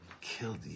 killed